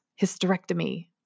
hysterectomy